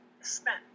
spent